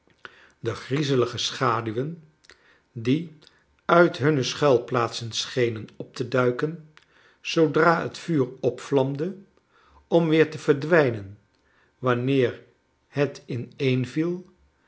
de griezelige schaduwen die uit hunno schuilplaatsen schenen op te duiken zoodra het vuur opvlamde om weer te verdwijnen wanneer het ineenvio